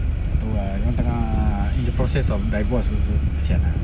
tak tahu ah dia orang tengah in the process of divorce also kesian ah